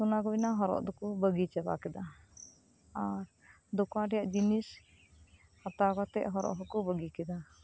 ᱥᱚᱱᱟ ᱜᱚᱭᱱᱟ ᱦᱚᱨᱚᱜ ᱫᱚᱠᱚ ᱵᱟᱹᱜᱤ ᱪᱟᱵᱟ ᱠᱮᱫᱟ ᱟᱨ ᱫᱚᱠᱟᱱ ᱨᱮᱭᱟᱜ ᱡᱤᱱᱤᱥ ᱦᱟᱛᱟᱣ ᱠᱟᱛᱮ ᱦᱚᱨᱚᱜ ᱦᱚᱸᱠᱚ ᱵᱟᱹᱜᱤ ᱠᱮᱫᱟ